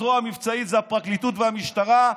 הזרוע המבצעית זו הפרקליטות והמשטרה,